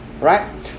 Right